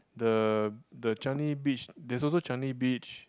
the the Changi Beach there's also Changi Beach